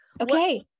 Okay